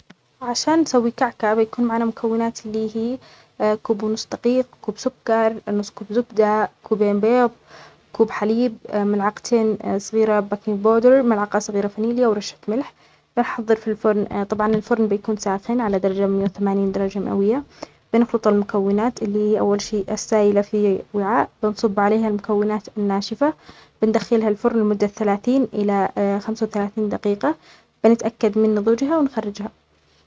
عشان نسوى كعكة بيكون معانا مكونات اللي هي كوب نصف دقيق، كوب سكر، نصف كوب زبدة، كوبين بيض، كوب حليب، ملعقتين صغيرة باكينك باودر، ملعقه صغيرة فانيليا، ورشة ملح. بنحضر في الفرن طبعاً الفرن بيكون ساعتين على درجة ميه وثمانين درجة مئوية. بنخلط المكونات، اللي هي اول شى السايلة في الوعاء.بنصب عليها المكونات الناشفة. بندخلها في الفرن لمدة ثلاثين إلى خمسه وثلاثين دقيقة. بنتأكد من نضوجها وبنخرجها.